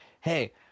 hey